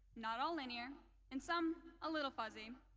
not all linear and some a little fuzzy,